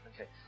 Okay